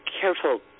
careful